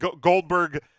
Goldberg